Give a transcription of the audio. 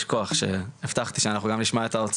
ויתוקצב גם כן בהתאם.